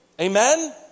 Amen